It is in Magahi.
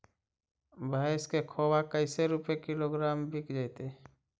भैस के खोबा कैसे रूपये किलोग्राम बिक जइतै?